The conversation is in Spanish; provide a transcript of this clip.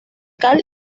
cal